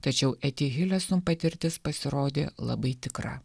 tačiau eti hilesum patirtis pasirodė labai tikra